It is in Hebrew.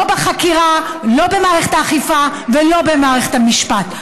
לא בחקירה, לא במערכת האכיפה ולא במערכת המשפט.